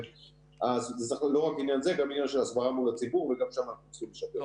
זה גם ענין של הסברה מול הציבור וגם שם אנחנו צריכים לשפר.